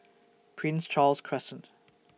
Prince Charles Crescent